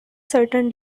certain